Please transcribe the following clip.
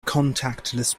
contactless